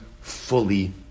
fully